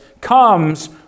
comes